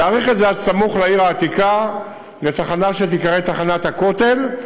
להאריך את הקו עד צמוד לעיר העתיקה לתחנה שתיקרא תחנת הכותל,